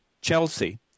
Chelsea